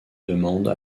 demandent